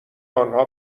آنها